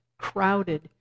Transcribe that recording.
crowded